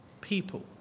people